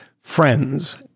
friends